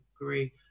agree